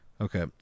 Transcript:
Okay